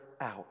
out